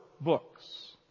books